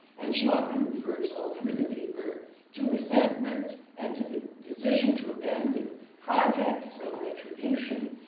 and she often refers all through the paper to resentment and to the decision to abandon projects of retribution.